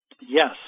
Yes